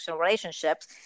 relationships